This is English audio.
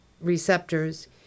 receptors